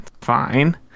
fine